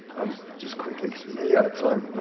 just quickly, cause we're nearly out of time,